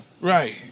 Right